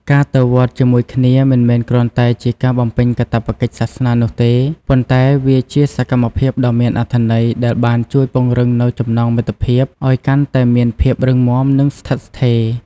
ការទៅវត្តជាមួយគ្នាមិនមែនគ្រាន់តែជាការបំពេញកាតព្វកិច្ចសាសនានោះទេ ប៉ុន្តែវាជាសកម្មភាពដ៏មានអត្ថន័យដែលបានជួយពង្រឹងនូវចំណងមិត្តភាពឲ្យកាន់តែមានភាពរឹងមាំនិងស្ថិតស្ថេរ។